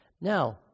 Now